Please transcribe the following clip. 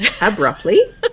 abruptly